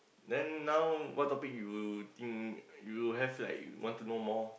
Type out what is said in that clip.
then now what topic you think you have like want to know more